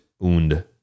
und